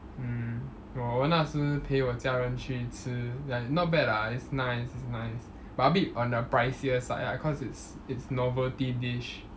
mm 我们那时陪我家人去吃 like not bad lah it's nice it's nice but a bit on a pricier side ah cause it's it's novelty dish